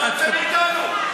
מה אתה רוצה מאתנו?